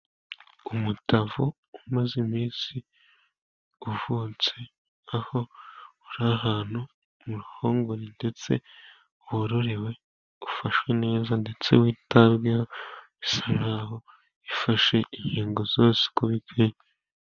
Umutavu umaze iminsi uvutse aho uri ahantu mu ruhongore, ndetse wororewe ufashwe neza, ndetse witaweho bisa naho ifashe inkingo zose uko bikwiye.